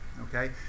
okay